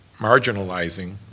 marginalizing